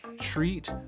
treat